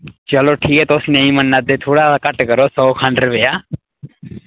चलो ठीक ऐ तुस नेईं मन्ना दे थोह्ड़ा घट्ट करो सौ खंड रपेआ